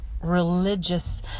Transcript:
religious